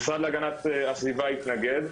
משרד להגנת הסביבה התנגד,